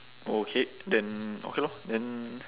okay then okay lor then